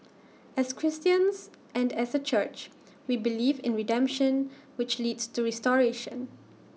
as Christians and as A church we believe in redemption which leads to restoration